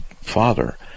father